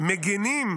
שמגינים